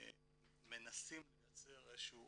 ואנחנו מנסים לייצר איזה שהוא